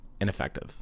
ineffective